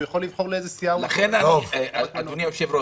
הוא יכול לבחור לאיזה סיעה --- אדוני היושב-ראש